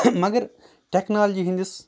مگر ٹٮ۪کنالجی ہٕنٛدِس